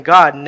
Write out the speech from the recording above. God